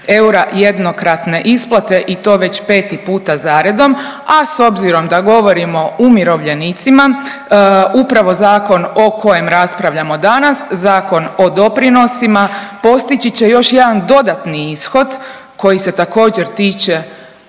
eura jednokratne isplate i to već 5 puta zaredom, a s obzirom da govorim o umirovljenicima upravo zakon o kojem raspravljamo danas, Zakon o doprinosima postići će još jedan dodatni ishod koji se također tiče